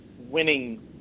winning